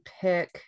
pick